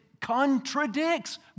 Contradicts